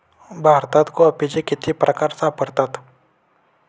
भारतात कॉफीचे किती प्रकार सापडतात?